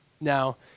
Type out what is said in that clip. Now